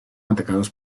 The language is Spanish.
atacados